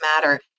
matter